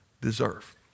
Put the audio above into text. deserve